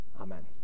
Amen